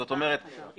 זאת אומרת,